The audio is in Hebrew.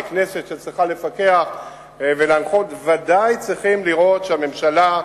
ככנסת שצריכה לפקח ולהנחות ודאי צריכים לראות שהממשלה,